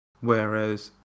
whereas